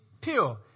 pure